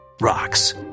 rocks